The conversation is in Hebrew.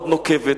מאוד נוקבת,